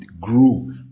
grew